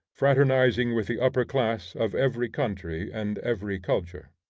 fraternizing with the upper class of every country and every culture.